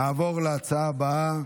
נעבור להצעה הבאה,